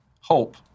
Hope